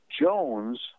Jones